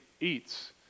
eats